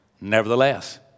nevertheless